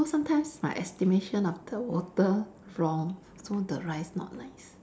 so sometimes my estimation of the water from so the rice not nice